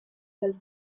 dal